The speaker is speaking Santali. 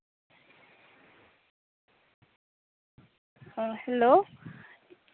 ᱦᱮᱸ ᱦᱮᱞᱳ